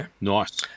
Nice